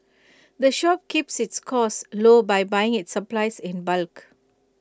the shop keeps its costs low by buying its supplies in bulk